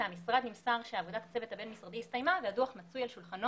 מהמשרד נמסר שעבודת הצוות הבין-משרדי הסתיימה והדוח מצוי על שולחנו